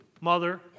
mother